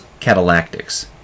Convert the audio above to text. catalactics